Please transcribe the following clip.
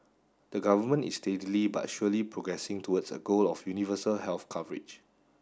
the government is steadily but surely progressing towards a goal of universal health coverage